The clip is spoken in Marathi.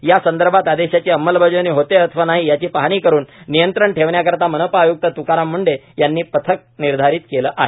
या संदभातील आदेशाची अंमलबजावणी होते अथवा नाही याची पाहणी करून नियंत्रण ठेवण्याकरिता मनपा आय्क्त त्काराम म्ंढे यांनी पथक निर्धारित केले आहे